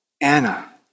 Anna